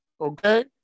Okay